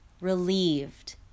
relieved